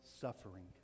suffering